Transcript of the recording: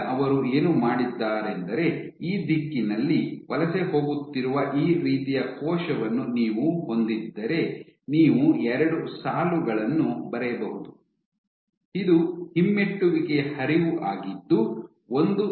ಈಗ ಅವರು ಏನು ಮಾಡಿದ್ದಾರೆಂದರೆ ಈ ದಿಕ್ಕಿನಲ್ಲಿ ವಲಸೆ ಹೋಗುತ್ತಿರುವ ಈ ರೀತಿಯ ಕೋಶವನ್ನು ನೀವು ಹೊಂದಿದ್ದರೆ ನೀವು ಎರಡು ಸಾಲುಗಳನ್ನು ಬರೆಯಬಹುದು ಇದು ಹಿಮ್ಮೆಟ್ಟುವಿಕೆಯ ಹರಿವು ಆಗಿದ್ದು ಒಂದು ಸಾಲಿನ ಉದ್ದಕ್ಕೂ ಇದೆ ಉಲ್ಲೇಖ ಸಮಯ 0832